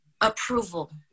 approval